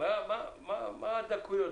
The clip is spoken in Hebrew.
מה הדקויות?